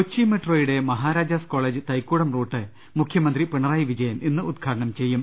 കൊച്ചി മെട്രോയുടെ Maharajas college Thykoodam route മുഖ്യമന്ത്രി പിണറായി വിജയൻ ഇന്ന് ഉദ്ഘാടനം ചെയ്യും